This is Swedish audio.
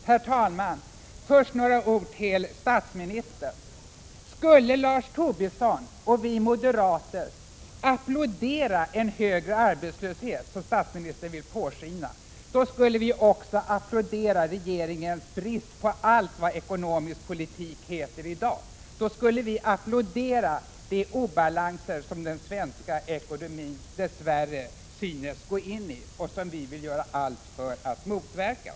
Herr talman! Först några ord till statsministern. Skulle Lars Tobisson och vi andra moderater applådera en högre arbetslöshet, som statsministern vill låta påskina, skulle vi också applådera regeringens brist i dag på allt vad ekonomisk politik heter. Då skulle vi applådera de obalanser som den svenska ekonomin dess värre synes gå in i och som vi vill göra allt för att motverka.